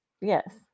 Yes